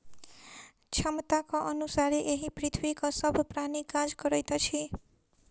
क्षमताक अनुसारे एहि पृथ्वीक सभ प्राणी काज करैत अछि